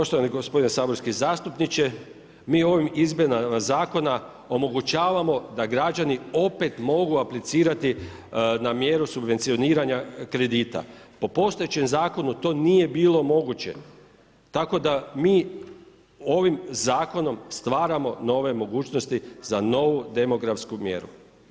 Poštovani gospodine saborski zastupniče, mi ovim izmjenama zakona omogućavamo da građani opet mogu aplicirati na mjeru subvencioniranja kredita, po postojećem zakonu to nije bilo moguće tako da mi ovim zakonom stvaramo nove mogućnosti za novu demografsku mjeru.